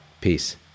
peace